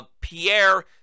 Pierre